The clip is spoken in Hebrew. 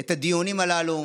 את הדיונים הללו,